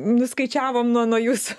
nuskaičiavom nuo nuo jūsų